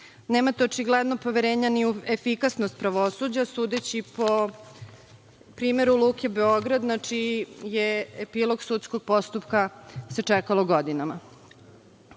Nemate očigledno poverenja ni u efikasnost pravosuđa sudeći po primeru Luke Beograd, znači, epilog sudskog postupka se čekao godinama. Da